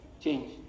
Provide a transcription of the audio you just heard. Change